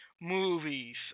movies